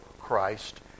Christ